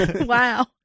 Wow